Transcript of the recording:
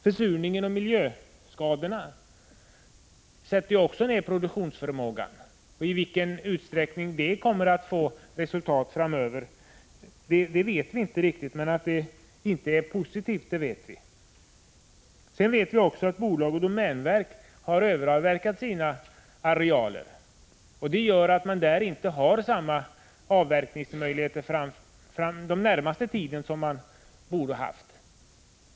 Försurningen och miljöskadorna sätter också ner produktionsförmågan. I vilken utsträckning det kommer att visa sig framöver vet vi inte riktigt, men vi vet att detta inte är någonting positivt. Vi vet också att bolag och domänverk har överavverkat sina arealer. Det gör att de under den närmaste tiden inte har samma avverkningsmöjligheter som de borde.